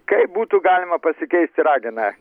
kaip būtų galima pasikeisti rageną